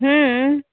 हुँ